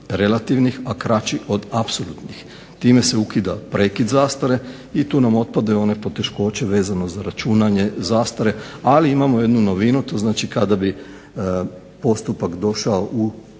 relativnih, a kraći od apsolutnih. Time se ukida prekid zastare i tu nam otpadaju one poteškoće vezano za računanje zastare. Ali imamo jednu novinu. To znači kada bi postupak došao u